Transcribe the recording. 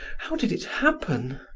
how did it happen?